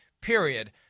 period